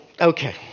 Okay